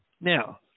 Now